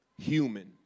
human